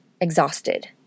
exhausted